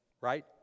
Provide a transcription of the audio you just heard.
right